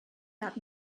that